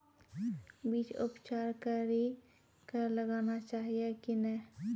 बीज उपचार कड़ी कऽ लगाना चाहिए कि नैय?